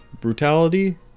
brutality